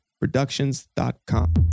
Productions.com